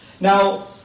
Now